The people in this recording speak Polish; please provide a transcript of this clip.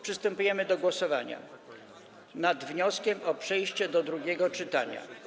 Przystępujemy do głosowania nad wnioskiem o przejście do drugiego czytania.